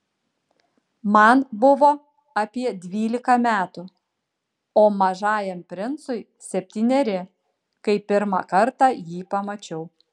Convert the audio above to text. man buvo apie dvylika metų o mažajam princui septyneri kai pirmą kartą jį pamačiau